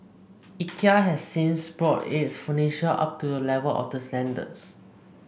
Ikea has since brought its furniture up to the level of the standards